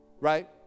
right